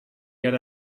yet